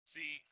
See